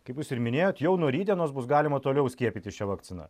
kaip jūs ir minėjot jau nuo rytdienos bus galima toliau skiepyti šia vakcina